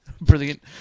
Brilliant